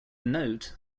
note